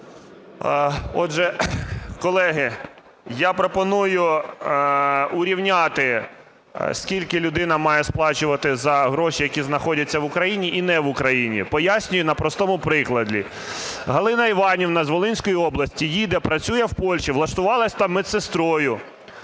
Отже, колеги, я пропоную урівняти, скільки людина має сплачувати за гроші, які знаходяться в Україні і не в Україні. Пояснюю на простому прикладі. Галина Іванівна з Волинської області їде працює в Польщі, влаштувалась там медсестрою.